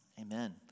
Amen